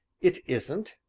it isn't!